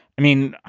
i mean,